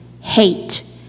hate